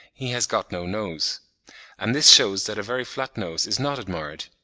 he has got no nose and this shews that a very flat nose is not admired.